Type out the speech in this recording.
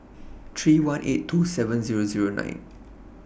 three one eight two seven Zero Zero nine